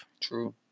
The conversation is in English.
True